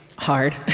hard